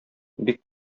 бик